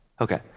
Okay